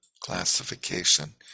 classification